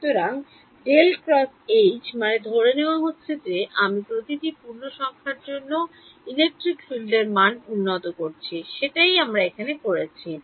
সুতরাং মানে ধরে নেওয়া হচ্ছে যে আমি প্রতিটি পূর্ণ সংখ্যার জন্য ইলেকট্রিক ফিল্ড এর মান উন্নত করছি সেটাই আমরা এখানে করছি